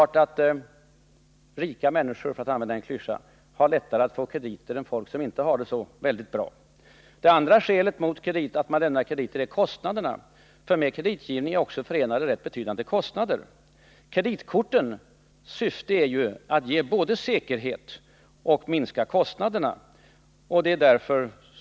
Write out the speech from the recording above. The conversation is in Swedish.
Rika människor — för att använda en klyscha — har naturligtvis då lättare att få kredit än människor som inte har det så bra ställt ekonomiskt. Det andra skälet mot att lämna kredit är kostnaderna, för med kreditgivning är också förenade rätt betydande kostnader. Kreditkortens syfte är att ge både säkerhet och minskade kostnader.